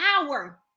hour